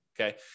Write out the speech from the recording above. okay